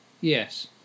Yes